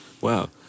Wow